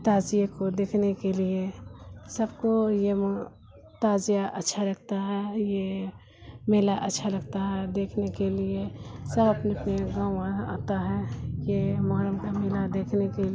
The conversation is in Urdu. تعزیے کو دیکھنے کے لیے سب کو یہ تعزیہ اچھا لگتا ہے یہ میلہ اچھا لگتا ہے دیکھنے کے لیے سب اپنے اپنے گاؤں آ آتا ہے یہ محرم کا میلہ دیکھنے کے لیے